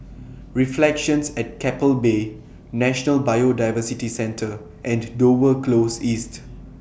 Reflections At Keppel Bay National Biodiversity Centre and Dover Close East